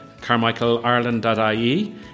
carmichaelireland.ie